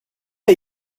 are